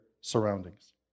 surroundings